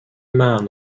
man